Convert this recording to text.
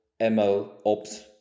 MLOps